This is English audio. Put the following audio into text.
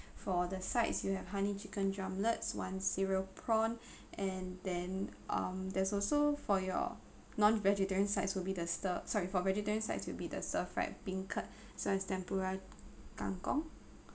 for the sides you have honey chicken drumlets one cereal prawn and then um there's also for your non vegetarian sides will be the stir sorry for vegetarian sides will be the stir fried beancurd as well as tempura kangkong